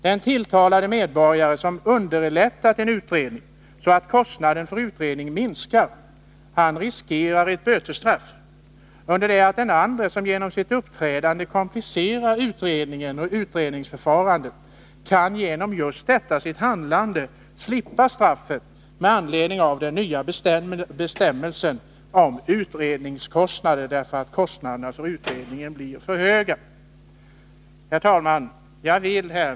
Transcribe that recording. Den tilltalade medborgare som underlättat en utredning, så att kostnaden för utredningen minskar, riskerar ett bötesstraff, under det att den andre, som genom sitt uppträdande komplicerar utredningen och utredningsförfarandet kan genom just detta sitt handlande slippa straffet med anledning av den nya bestämmelsen om utredningskostnaden, därför att kostnaderna för utredningen blir för höga. Herr talman!